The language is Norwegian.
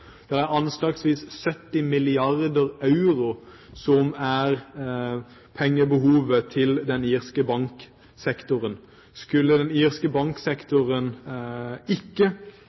Anslagsvis 70 mrd. euro er pengebehovet til den irske banksektoren. Skulle den irske banksektoren ikke